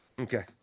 Okay